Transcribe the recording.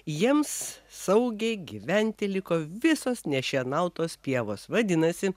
jiems saugiai gyventi liko visos nešienautos pievos vadinasi